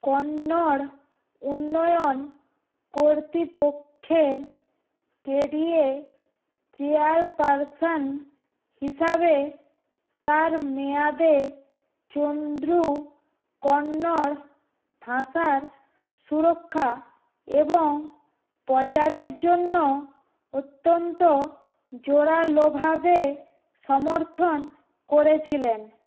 কন্নড় উন্নয়ন কর্তিপক্ষের K D A chairperson হিসাবে তার মেয়াদে চন্দ্রু কন্নড় ভাষার সুরক্ষা এবং প্রচারের জন্য অত্যন্ত জোরালোভাবে সমর্থন করেছিলেন